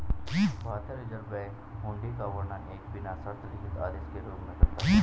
भारतीय reserve bank हुंडी का वर्णन एक बिना शर्त लिखित आदेश के रूप में करता है